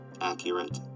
accurate